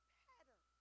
pattern